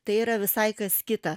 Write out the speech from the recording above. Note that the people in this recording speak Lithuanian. tai yra visai kas kita